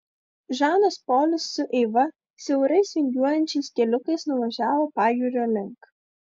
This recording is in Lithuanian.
žanas polis su eiva siaurais vingiuojančiais keliukais nuvažiavo pajūrio link